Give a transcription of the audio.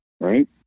right